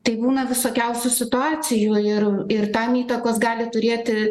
tai būna visokiausių situacijų ir ir tam įtakos gali turėti